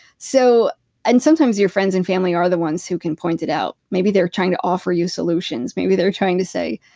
so and sometimes, your friends and family are the ones who can point it out. maybe they're trying to offer you solutions maybe they're trying to say,